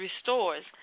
restores